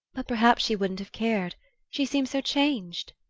but perhaps she wouldn't have cared she seems so changed.